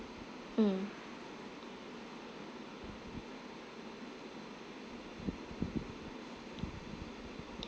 mm